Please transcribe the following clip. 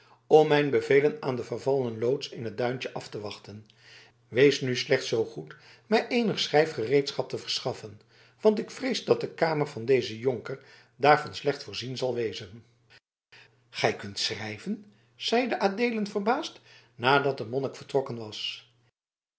om mijn bevelen aan de vervallen loods in t duintje af te wachten wees nu slechts zoo goed mij eenig schrijfgereedschap te verschaffen want ik vrees dat de kamer van dezen jonker daarvan slecht voorzien zal wezen gij kunt schrijven zeide adeelen verbaasd nadat de monnik vertrokken was